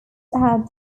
had